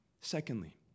Secondly